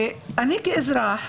ואני כאזרחית